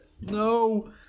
No